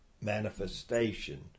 manifestation